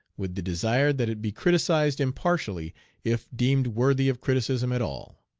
with the desire that it be criticised impartially if deemed worthy of criticism at all.